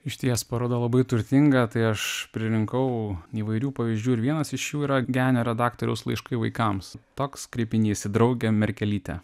išties paroda labai turtinga tai aš pririnkau įvairių pavyzdžių ir vienas iš jų yra genio redaktoriaus laiškai vaikams toks kreipinys į draugę merkelytę